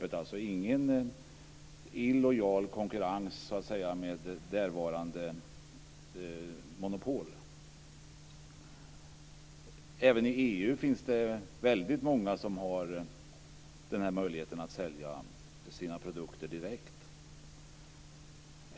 Det får alltså inte vara någon illojal konkurrens med därvarande monopol. Även i EU finns det väldigt många som har möjligheten att sälja sina produkter direkt.